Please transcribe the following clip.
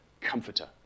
comforter